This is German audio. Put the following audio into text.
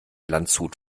landshut